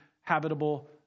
habitable